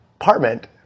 apartment